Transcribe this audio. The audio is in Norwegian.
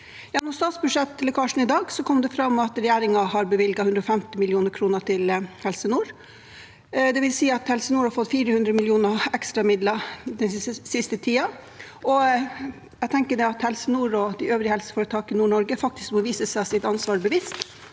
fra statsbudsjettet i dag kom det fram at regjeringen har bevilget 150 mill. kr til Helse nord. Det vil si at Helse nord har fått 400 mill. kr i ekstra midler den siste tiden. Jeg tenker at Helse nord og de øvrige helseforetakene i Nord-Norge faktisk må vise seg sitt ansvar bevisst